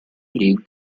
league